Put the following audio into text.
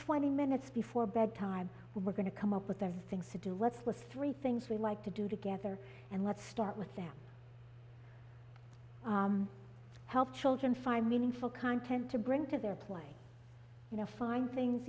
twenty minutes before bedtime we're going to come up with their things to do let's with three things we like to do together and let's start with them help children find meaningful content to bring to their play you know fine things